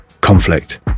conflict